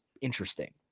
interesting